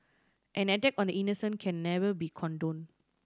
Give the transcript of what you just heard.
an attack on the innocent can never be condone